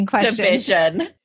division